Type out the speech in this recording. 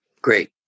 Great